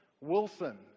Wilson